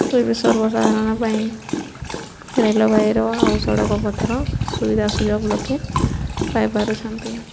ଏବେ ସର୍ବସାଧାରଣ ପାଇଁ ରେଲବାଇର ଆଉ ସଡ଼କପଥର ସୁବିଧା ସୁଯୋଗ ଲୋକେ ପାଇପାରୁଛନ୍ତି